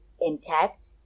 intact